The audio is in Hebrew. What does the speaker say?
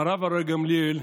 הרב אריה גמליאל